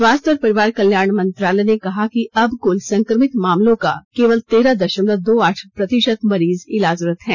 स्वास्थ्य और परिवार कल्याण मंत्रालय ने कहा कि अब कुल संक्रमित मामलों का केवल तेरह दशमलव दो आठ प्रतिशत मरीज इलाजरत हैं